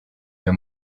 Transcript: your